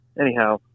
anyhow